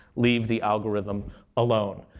leave the algorithm alone.